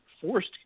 forced –